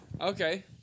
Okay